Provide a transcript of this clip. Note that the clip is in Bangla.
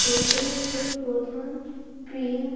পশ্চিমবঙ্গের প্রধান ক্রিয়া